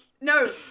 No